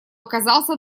оказался